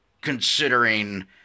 considering